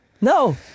No